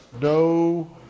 no